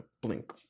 Blink